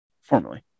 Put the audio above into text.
Formerly